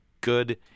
good